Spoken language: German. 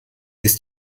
ist